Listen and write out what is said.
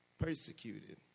Persecuted